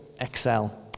excel